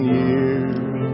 years